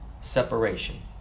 separation